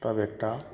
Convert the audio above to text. तब एक टा